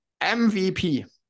MVP